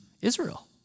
Israel